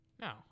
No